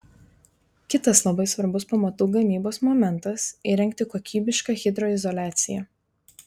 kitas labai svarbus pamatų gamybos momentas įrengti kokybišką hidroizoliaciją